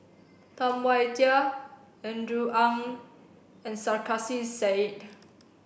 Tam Wai Jia Andrew Ang and Sarkasi Said